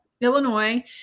illinois